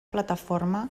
plataforma